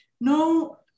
no